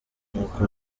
nuko